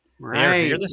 Right